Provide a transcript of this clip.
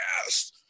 yes